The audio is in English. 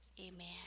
amen